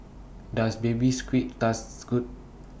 Does Baby Squid Good